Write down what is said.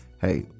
hey